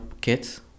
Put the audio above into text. kits